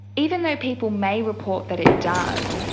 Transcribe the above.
even though people may report that it does,